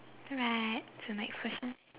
alright it's your next question